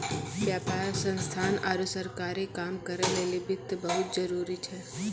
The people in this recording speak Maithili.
व्यापार संस्थान आरु सरकारी काम करै लेली वित्त बहुत जरुरी छै